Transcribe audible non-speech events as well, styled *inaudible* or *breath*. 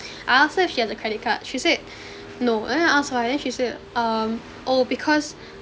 *breath* I asked her if she has a credit card she said *breath* no and then I asked her ah and then she said um oh because